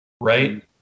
right